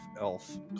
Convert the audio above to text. elf